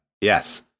yes